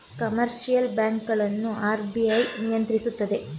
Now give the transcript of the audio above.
commercial bank ಗಳನ್ನು RBI ನಿಯಂತ್ರಿಸುತ್ತದೆ